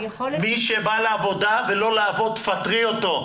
מי שבא לעבודה ולא לעבוד, תפטרי אותו.